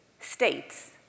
states